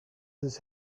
his